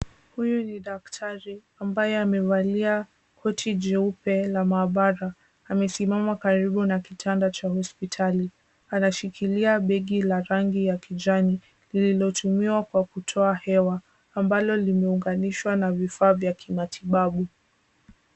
Huyu ni daktari ambaye amevalia koti jeupe la maabara. Amesimama karibu na kitanda cha hospitali. Anashikilia begi la rangi ya kijani lililotumiwa kwa kutoa hewa ambalo limeunganishwa na vifaa vya kimatibabu.